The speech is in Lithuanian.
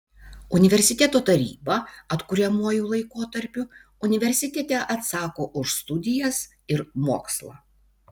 universiteto taryba atkuriamuoju laikotarpiu universitete atsako už studijas ir mokslą